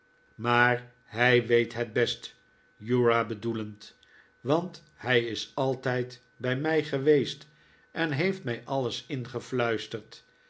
maar h ij weet het best uriah bedoelend want hij is altijd bij mij geweest en heeft mij alles ingefluisterd